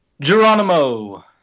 Geronimo